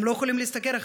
הם לא יכולים להשתכר אחרת.